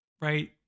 right